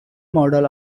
model